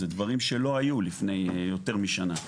זה דברים שלא היו לפני יותר משנה.